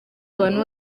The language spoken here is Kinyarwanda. abantu